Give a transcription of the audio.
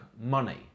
money